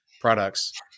products